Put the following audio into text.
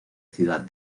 ciudad